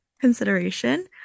consideration